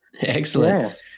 excellent